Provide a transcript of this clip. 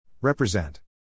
Represent